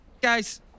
guys